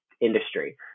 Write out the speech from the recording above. industry